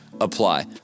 apply